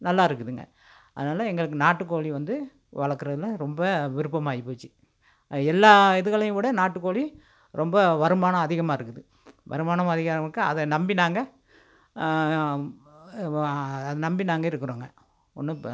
நல்லா இருக்குதுங்க அதனால எங்களுக்கு நாட்டுக்கோழி வந்து வளர்க்குறதுல ரொம்ப விருப்பம் ஆகி போச்சு எல்லா இதுகளையும் விட நாட்டுக்கோழி ரொம்ப வருமானம் அதிகமாக இருக்குது வருமானம் அதிகம் இருக்குது அதை நம்பி நாங்கள் அதை நம்பி நாங்கள் இருக்கிறோங்க ஒன்றும்